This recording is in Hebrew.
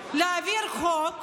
הבנתי את התרגיל: להעביר חוק,